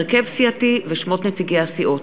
הרכב סיעתי ושמות נציגי הסיעות.